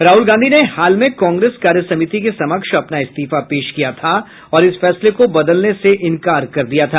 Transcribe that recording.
राहुल गांधी ने हाल में कांग्रेस कार्यसमिति के समक्ष अपना इस्तीफा पेश किया था और इस फैसले को बदलने से इंकार कर दिया था